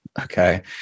okay